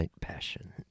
passion